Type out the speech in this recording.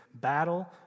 battle